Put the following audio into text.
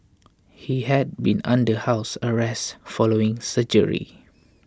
he had been under house arrest following surgery